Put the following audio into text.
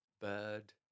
bird